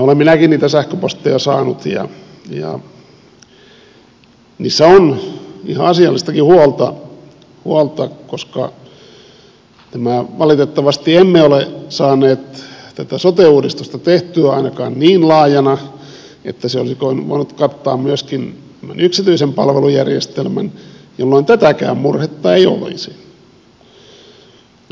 olen minäkin niitä sähköposteja saanut ja niissä on ihan asiallistakin huolta koska valitettavasti emme ole saaneet tätä sote uudistusta tehtyä ainakaan niin laajana että se olisi voinut kattaa myöskin yksityisen palvelujärjestelmän jolloin tätäkään murhetta ei olisi